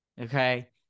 okay